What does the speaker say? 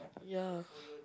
ya